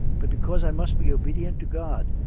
but because i must be obedient to god.